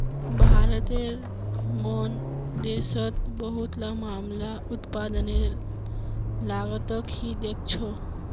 भारतेर मन देशोंत बहुतला मामला उत्पादनेर लागतक ही देखछो